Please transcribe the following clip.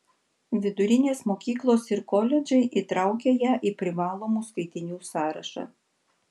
vidurinės mokyklos ir koledžai įtraukia ją į privalomų skaitinių sąrašą